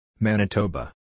Manitoba